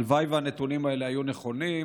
הלוואי שהנתונים האלה היו נכונים,